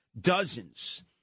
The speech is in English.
dozens